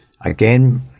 again